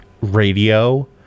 radio